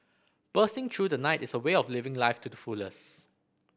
bursting through the night is a way of living life to the fullest